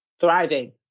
thriving